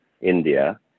India